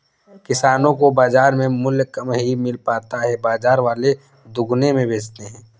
किसानो को बाजार में मूल्य कम ही मिल पाता है बाजार वाले दुगुने में बेचते है